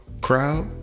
crowd